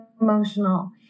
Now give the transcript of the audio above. emotional